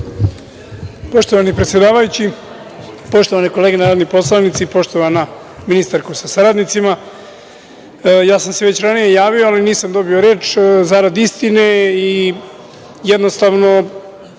Poštovani predsedavajući, poštovane kolege narodni poslanici, poštovana ministarko sa saradnicima, ja sam se već ranije javio, ali nisam dobio reč zarad istine i jednostavno